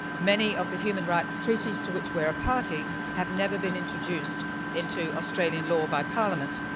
many of the human rights treaties to which we're a party have never been introduced into australian law by parliament.